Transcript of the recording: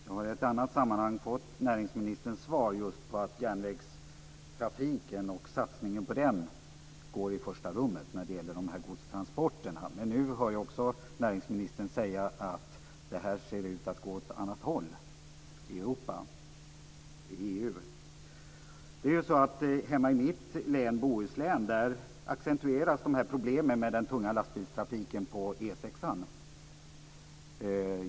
Jag har i ett annat sammanhang fått besked från näringsministern att järnvägstrafiken och satsningen på den sätts i första rummet när det gäller de här godstransporterna. Men nu hör jag också näringsministern säga att detta ser ut att gå åt ett annat håll i Europa och i EU. Hemma i mitt län, Bohuslän, accentueras problemen med den tunga lastbilstrafiken på E 6:an.